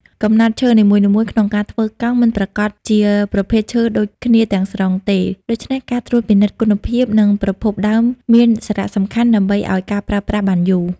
កំណាត់ឈើនីមួយៗក្នុងការធ្វើកង់មិនប្រាកដជាប្រភេទឈើដូចគ្នាទាំងស្រុងទេ ដូច្នេះការត្រួតពិនិត្យគុណភាព និងប្រភពដើមមានសារៈសំខាន់ដើម្បីអោយការប្រើប្រាស់បានយូរ។